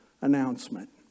announcement